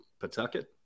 Pawtucket